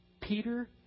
Peter